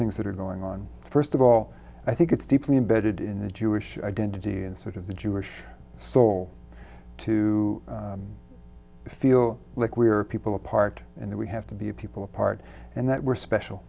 things that are going on first of all i think it's deeply embedded in the jewish identity and sort of the jewish soul to feel like we are a people apart and that we have to be a people apart and that we're